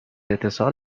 اتصال